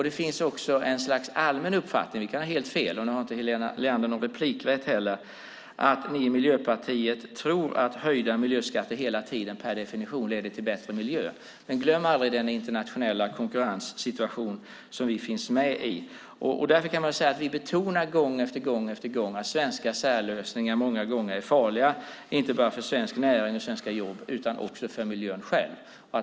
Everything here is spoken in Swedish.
Det finns också ett slags allmän uppfattning - vi kan ha helt fel, och nu har Helena Leander tyvärr inte någon replikrätt - att ni i Miljöpartiet tror att höjda miljöskatter hela tiden per definition leder till bättre miljö. Men glöm aldrig den internationella konkurrenssituation som vi finns med i! Därför, kan man säga, betonar vi gång på gång att svenska särlösningar många gånger är farliga, inte bara för svensk näring och svenska jobb, utan också för miljön själv.